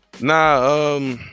Nah